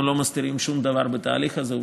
אנחנו לא מסתירים שום דבר בתהליך הזה,